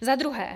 Za druhé.